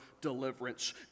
deliverance